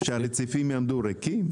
שהרציפים יעמדו ריקים?